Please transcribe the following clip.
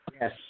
Yes